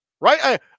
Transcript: Right